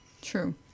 true